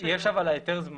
יש על ההיתר הזמני.